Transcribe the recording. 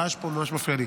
הרעש פה ממש מפריע לי.